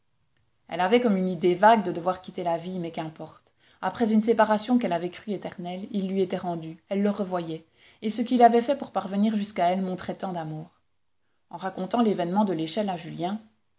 elle avait comme une idée vague de devoir quitter la vie mais qu'importe après une séparation qu'elle avait crue éternelle il lui était rendu elle le revoyait et ce qu'il avait fait pour parvenir jusqu'à elle montrait tant d'amour en racontant l'événement de l'échelle à julien